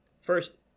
first